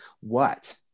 What-